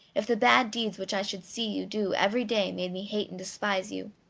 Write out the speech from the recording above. if the bad deeds which i should see you do every day made me hate and despise you?